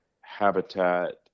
habitat